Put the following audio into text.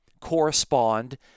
correspond